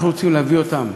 אנחנו רוצים להביא אותם